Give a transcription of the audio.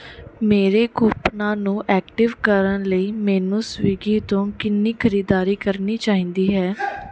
ਮੇਰੇ ਕੂਪਨਾਂ ਨੂੰ ਐਕਟਿਵ ਕਰਨ ਲਈ ਮੈਨੂੰ ਸਵਿਗੀ ਤੋਂ ਕਿੰਨੀ ਖਰੀਦਦਾਰੀ ਕਰਨੀ ਚਾਹੀਦੀ ਹੈ